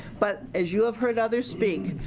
but as you have heard others speak,